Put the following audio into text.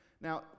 now